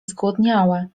zgłodniałe